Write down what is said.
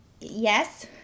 Yes